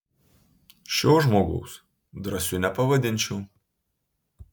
šio žmogaus drąsiu nepavadinčiau